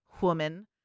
woman